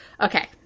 Okay